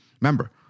Remember